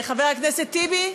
חבר הכנסת טיבי.